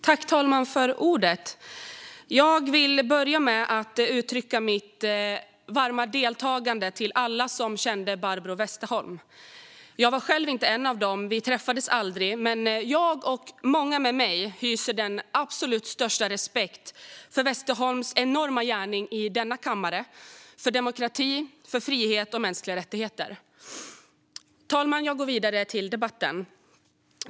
Herr talman! Jag vill börja med att uttrycka mitt varma deltagande till alla som kände Barbro Westerholm. Jag var själv inte en av dem, och vi träffades aldrig. Men jag och många med mig hyser den största respekt för Westerholms enorma gärning i denna kammare för demokrati, frihet och mänskliga rättigheter. Herr talman! Jag går vidare till debatten.